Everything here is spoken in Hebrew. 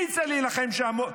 מי יצא להילחם שם,